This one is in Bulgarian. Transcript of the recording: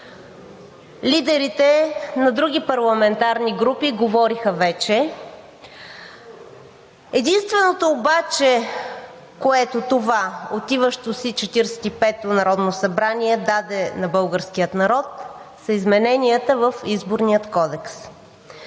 Лидерите на други парламентарни групи говориха вече. Единственото обаче, което това отиващо си Четиридесет и пето народно събрание даде на българския народ, са измененията в Изборния кодекс